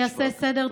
שייעשה סדר.